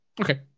okay